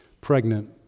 pregnant